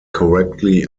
correctly